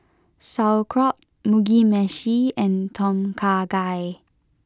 Sauerkraut Mugi Meshi and Tom Kha Gai